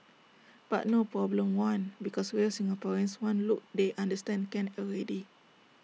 but no problem one because real Singaporeans one look they understand can already